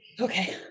Okay